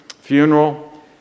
funeral